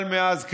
אבל מאז,